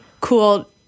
cool